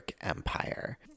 Empire